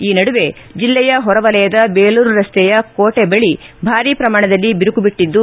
ಈ ನಡುವೆ ಜಿಲ್ಲೆಯ ಹೊರವಲಯದ ದೇಲೂರು ರಸ್ನೆಯ ಕೋಟೆ ಬಳಿ ಭಾರೀ ಪ್ರಮಾಣದಲ್ಲಿ ಬಿರುಕು ಬಿಟ್ಟಿದ್ದು